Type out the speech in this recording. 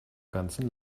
ganzen